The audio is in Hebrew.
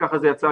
וכך זה יצא.